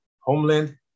homeland